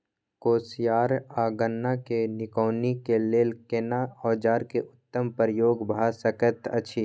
कोसयार आ गन्ना के निकौनी के लेल केना औजार के उत्तम प्रयोग भ सकेत अछि?